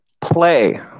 play